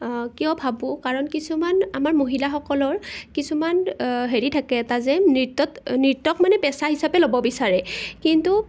কিয় ভাবোঁ কাৰণ কিছুমান আমাৰ মহিলাসকলৰ কিছুমান হেৰি থাকে এটা যে নৃত্যত নৃত্যক মানে পেচা হিচাপে ল'ব বিচাৰে কিন্তু